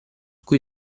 cui